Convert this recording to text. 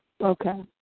Okay